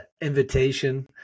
invitation